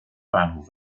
bahnhof